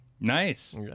Nice